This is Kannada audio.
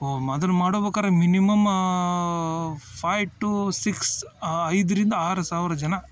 ಓ ಮದನ್ ಮಾಡಬೇಕಾರೆ ಮಿನಿಮಮ್ ಫೈ ಟೂ ಸಿಕ್ಸ್ ಐದರಿಂದ ಆರು ಸಾವಿರ ಜನ